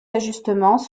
ajustements